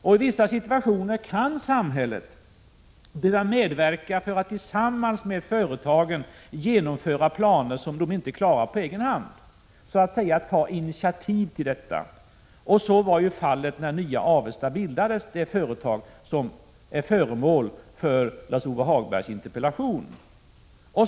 I vissa situationer kan samhället behöva ta initiativet och tillsammans med företagen medverka till att genomföra planer som de inte klarar på egen hand. Så var ju fallet när Nya Avesta bildades, det företag som är föremål för Lars-Ove Hagbergs interpellation.